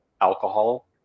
alcohol